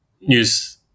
news